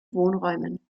wohnräumen